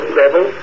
level